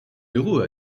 héros